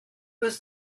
was